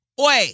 Oi